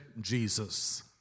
Jesus